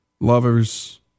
lovers